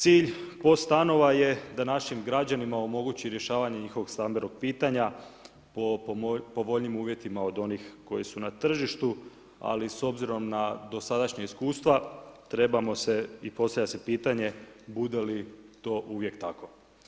Cilj POS stanova je da našim građanima omogući rješavanje njihovih stambenog pitanja, po povoljnijim uvjetima, od onih koji su na tržištu, ali s obzirom na dosadašnja iskustva, trebamo se i postavlja se pitanje, bude li to uvijek tako.